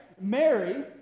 Mary